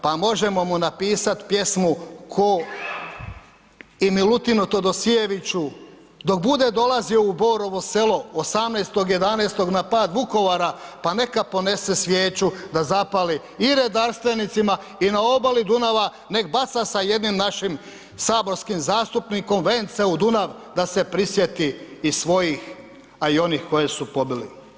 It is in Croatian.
Pa možemo mu napisati pjesmu i Milutinu Todosijeviću dok bude dolazio u Borovo Selo 18.11. na pad Vukovara, pa neka ponese svijeću da zapali i redarstvenicima i na obali Dunava, nek baca sa jednim saborskim zastupnikom vence u Dunav da se prisjeti i svojih a onih koje su pobili.